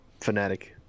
fanatic